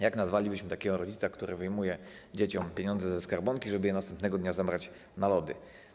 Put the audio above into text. Jak nazwalibyśmy takiego rodzica, który wyjmuje dzieciom pieniądze ze skarbonki, żeby następnego dnia zabrać je na lody?